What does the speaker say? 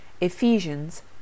Ephesians